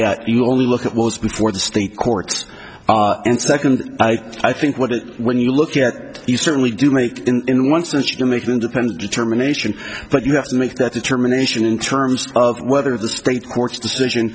at you only look at was before the state courts and second i think what it when you look at you certainly do make in one sense you make an independent determination but you to make that determination in terms of whether the state court's decision